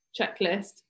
checklist